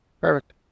perfect